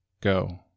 Go